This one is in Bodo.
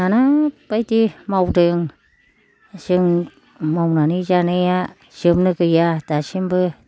नाना बायदि मावदों जों मावनानै जानाया जोबनो गैया दासिमबो